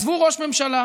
עזבו ראש ממשלה,